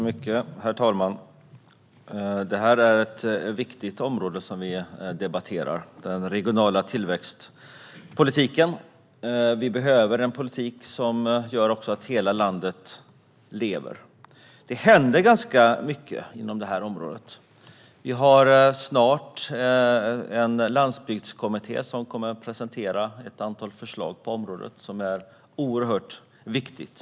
Herr talman! Den regionala tillväxtpolitiken är ett viktigt område. Vi behöver en politik som gör så att hela landet lever. Det händer ganska mycket inom området. Parlamentariska landsbygdskommittén kommer snart att presentera ett antal förslag på området, vilket är oerhört viktigt.